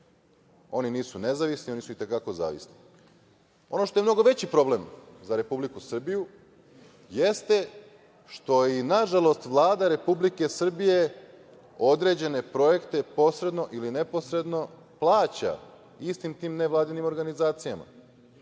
Oni nisu nezavisni, oni su i te kako zavisni. Ono što je mnogo veći problem za Republiku Srbiju jeste što i, nažalost, Vlada Republike Srbije određene projekte posredno ili neposredno plaća istim tim nevladinim organizacijama.